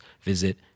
visit